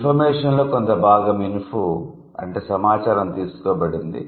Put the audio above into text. ఇన్ఫర్మేషన్లో కొంత భాగం 'info' అంటే సమాచారం తీసుకోబడింది